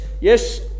yes